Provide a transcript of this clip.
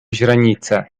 źrenice